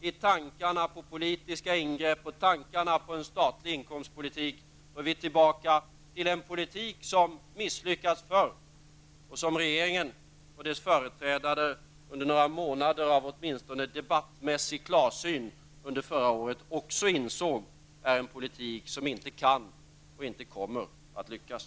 i tankarna på en statlig inkomstpolitik! Då är vi tillbaka i just den politik som misslyckats förr och som även regeringen och dess företrädare under några månader av åtminstone debattmässig klarsyn under förra året insåg är en politik som inte kan och inte kommer att lyckas.